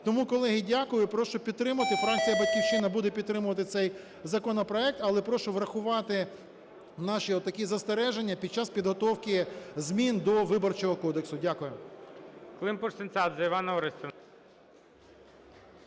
Тому, колеги, дякую. Прошу підтримати. Фракція "Батьківщина" буде підтримувати цей законопроект, але прошу врахувати наші от такі застереження під час підготовки змін до Виборчого кодексу. Дякую.